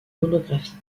monographies